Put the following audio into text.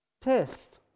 test